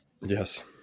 Yes